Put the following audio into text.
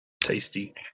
Tasty